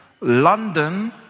London